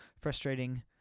frustrating